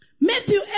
Matthew